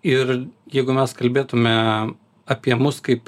ir jeigu mes kalbėtume apie mus kaip